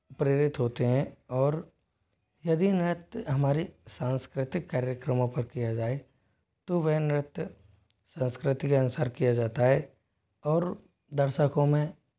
प्रेरित होते हैं और यदि नृत्य हमारी सांस्कृतिक कार्यक्रमों पर किया जाए तो वह नृत्य संस्कृति के अनुसार किया जाता है और दर्शकों में